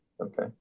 Okay